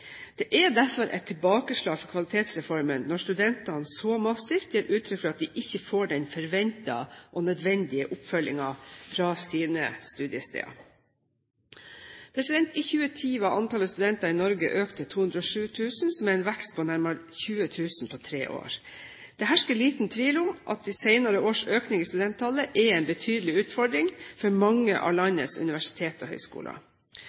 Det er derfor et tilbakeslag for Kvalitetsreformen når studentene så massivt gir uttrykk for at de ikke får den forventede og nødvendige oppfølgingen fra sine studiesteder. I 2010 var antallet studenter i Norge økt til 207 000, som er en vekst på nærmere 20 000 på tre år. Det hersker liten tvil om at de senere års økning i studenttallet er en betydelig utfordring for mange av landets universiteter og høyskoler.